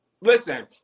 Listen